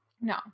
No